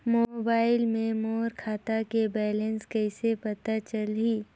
Mobile मे मोर खाता के बैलेंस कइसे पता चलही?